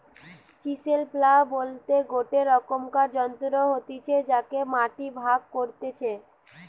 chisel plough বলতে গটে রকমকার যন্ত্র হতিছে যাতে মাটি ভাগ করতিছে